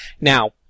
Now